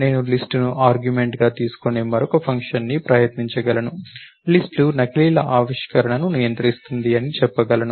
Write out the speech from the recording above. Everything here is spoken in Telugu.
నేను లిస్ట్ ను ఆర్గ్యుమెంట్ గా తీసుకునే మరొక ఫంక్షన్ ని ప్రయత్నించగలను లిస్ట్ లు నకిలీల ఆవిష్కరణను నియంత్రిస్తుంది అని చెప్పగలను